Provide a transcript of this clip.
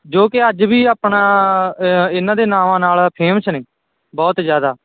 ਜੋ ਕਿ ਅੱਜ ਵੀ ਆਪਣਾ ਇਹਨਾਂ ਦੇ ਨਾਵਾਂ ਨਾਲ ਫੇਮਸ ਨੇ ਬਹੁਤ ਜ਼ਿਆਦਾ